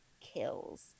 Kills